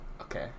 okay